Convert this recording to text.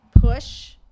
push